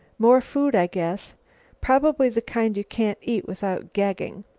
more food, i guess probably the kind you can't eat without gagging.